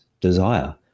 desire